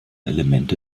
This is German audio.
elemente